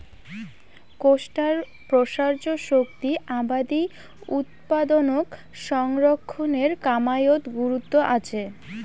কোষ্টার প্রসার্য শক্তি আবাদি উৎপাদনক সংরক্ষণের কামাইয়ত গুরুত্ব আচে